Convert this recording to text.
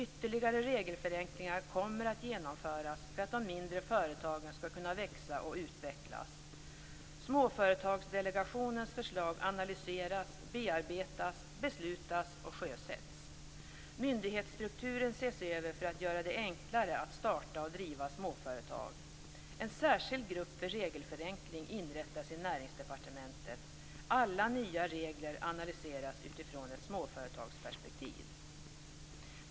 Ytterligare regelförenklingar kommer att genomföras för att de mindre företagen skall kunna växa och utvecklas. Småföretagsdelegationens förslag analyseras, bearbetas, beslutas och sjösätts. Myndighetsstrukturen ses över för att göra det enklare att starta och driva småföretag. Alla nya regler analyseras utifrån ett småföretagsperspektiv."